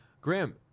Graham